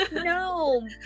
no